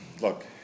look